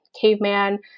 Caveman